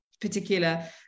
particular